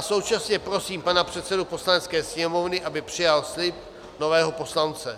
Současně prosím pana předsedu Poslanecké sněmovny, aby přijal slib nového poslance.